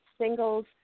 singles